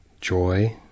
joy